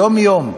יום-יום,